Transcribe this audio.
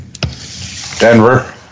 Denver